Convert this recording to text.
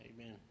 amen